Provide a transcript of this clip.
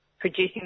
producing